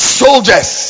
soldiers